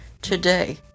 today